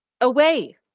Away